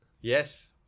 Yes